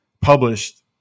published